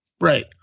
Right